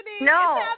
No